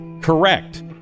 correct